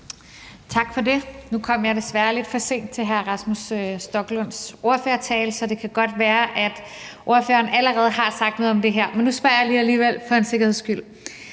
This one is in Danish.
Tak for det. Nu kom jeg desværre lidt for sent til hr. Rasmus Stoklunds ordførertale, så det kan godt være, at ordføreren allerede har sagt noget om det her, men jeg spørger alligevel lige for en sikkerheds skyld.